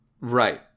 Right